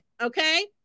okay